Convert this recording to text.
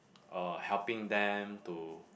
uh helping them to